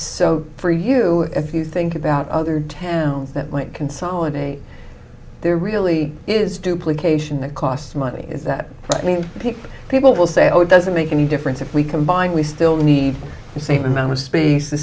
so for you if you think about other towns that like consolidate there really is duplications that costs money that people will say oh it doesn't make any difference if we combined we still need the same amount of space th